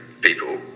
people